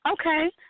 Okay